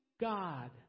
God